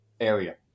area